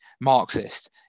Marxist